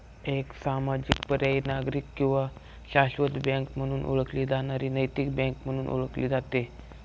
एक सामाजिक पर्यायी नागरिक किंवा शाश्वत बँक म्हणून ओळखली जाणारी नैतिक बँक म्हणून ओळखले जाते